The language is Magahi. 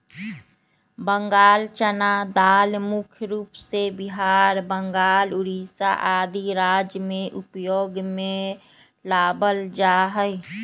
बंगाल चना दाल मुख्य रूप से बिहार, बंगाल, उड़ीसा आदि राज्य में उपयोग में लावल जा हई